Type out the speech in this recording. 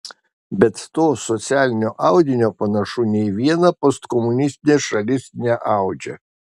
bet to socialinio audinio panašu nei viena postkomunistinė šalis neaudžia